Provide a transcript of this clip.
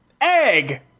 egg